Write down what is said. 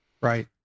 Right